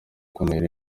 kuntera